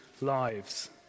lives